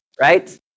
right